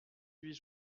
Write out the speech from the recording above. huit